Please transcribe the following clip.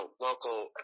local